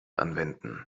anwenden